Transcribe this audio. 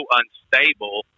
unstable